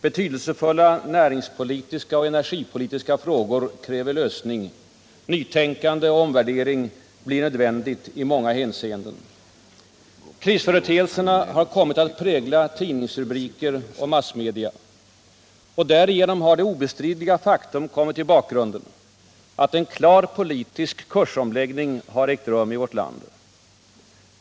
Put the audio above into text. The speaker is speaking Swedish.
Betydelsefulla näringspolitiska och energipolitiska frågor kräver lösning. Nytänkande och omvärdering blir nödvändigt i många hänseenden. Krisföreteelserna har kommit att prägla tidningsrubriker och massmedia. Därigenom har det obestridliga faktum kommit i bakgrunden att en klar politisk kursomläggning ägt rum i vårt land.